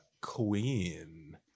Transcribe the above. queen